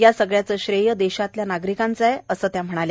या सगळ्याचं श्रेय देशातल्या नागरिकांचं आहे असं त्या म्हणाल्या